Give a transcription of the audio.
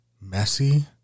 messy